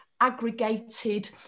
aggregated